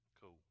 Cool